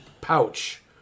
pouch